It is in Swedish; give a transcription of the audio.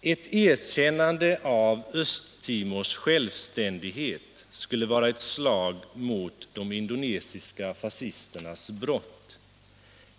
Ett erkännande av Östtimors självständighet skulle vara ett slag mot de indonesiska fascisternas brott.